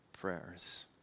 prayers